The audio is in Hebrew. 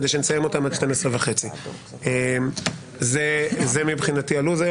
כדי שנסיים אותן עד 12:30. זה מבחינתי הלו"ז.